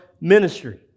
ministry